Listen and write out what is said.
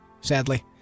sadly